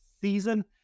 season